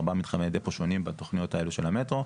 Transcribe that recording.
ארבעה מתחמי דיפו שונים בתכניות האלה של המטרו,